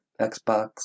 Xbox